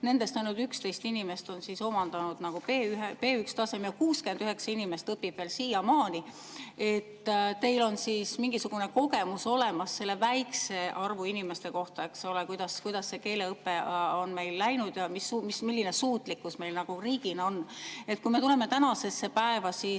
nendest ainult 11 inimest on omandanud B1‑taseme, 69 inimest õpib veel siiamaani. Teil on mingisugune kogemus olemas selle väikse arvu inimeste kohta, eks ole, kuidas see keeleõpe on meil läinud ja milline suutlikkus meil riigina on. Kui me tuleme tänasesse päeva, siis